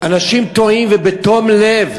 אנשים טועים ובתום לב.